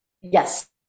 Yes